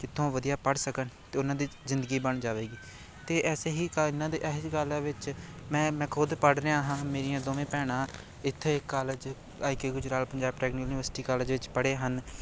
ਜਿੱਥੋਂ ਵਧੀਆ ਪੜ੍ਹ ਸਕਣ ਅਤੇ ਉਹਨਾਂ ਦੀ ਜ਼ਿੰਦਗੀ ਬਣ ਜਾਵੇਗੀ ਅਤੇ ਐਸੇ ਹੀ ਕਾ ਇਹਨਾਂ ਦੇ ਇਹੋ ਜਿਹੇ ਕਾਲਜਾਂ ਵਿੱਚ ਮੈਂ ਮੈਂ ਖੁਦ ਪੜ੍ਹ ਰਿਹਾ ਹਾਂ ਮੇਰੀਆਂ ਦੋਵੇਂ ਭੈਣਾਂ ਇੱਥੇ college I K Gujral Punjab technical university college ਵਿੱਚ ਪੜ੍ਹੇ ਹਨ